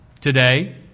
Today